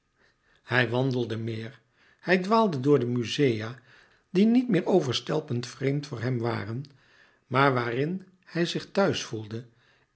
hij wandelde meer hij dwaalde door de muzea die niet meer overstelpend vreemd voor hem waren maar waarin hij zich thuis voelde